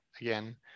again